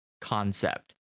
concept